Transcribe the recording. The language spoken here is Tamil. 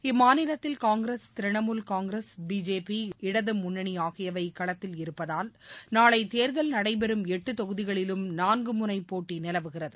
இம்மாநிலத்தில் காங்கிரஸ் திரணாமுல் காங்கிரஸ் பிஜேபி இடது முன்னணி ஆகியவை களத்தில் இருப்பதால் நாளை தேர்தல் நடைபெறும் எட்டு தொகுதிகளிலும் நான்குமுனை போட்டி நிலவுகிறது